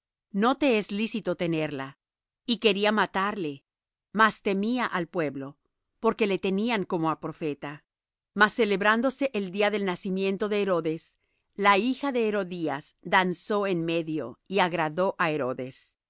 no te es lícito tenerla y quería matarle mas temía al pueblo porque le tenían como á profeta mas celebrándose el día del nacimiento de herodes la hija de herodías danzó en medio y agradó á herodes